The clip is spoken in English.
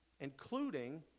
including